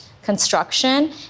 Construction